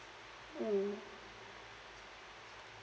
mm